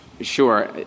Sure